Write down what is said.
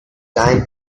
time